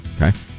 Okay